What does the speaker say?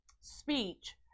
speech